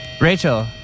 rachel